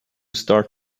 start